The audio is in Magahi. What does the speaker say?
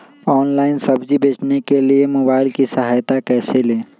ऑनलाइन सब्जी बेचने के लिए मोबाईल की सहायता कैसे ले?